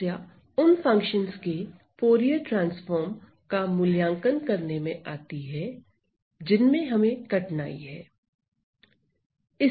समस्या उन फंक्शनस के फूरिये ट्रांसफार्म का मूल्यांकन करने में आती है जिनमें हमें कठिनाई है